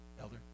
Elder